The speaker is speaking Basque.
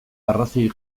arrazoi